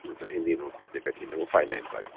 हा त हिंदी नोटबुक जेका थींदी आहे उहो फाइव लाइन वारी